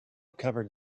covered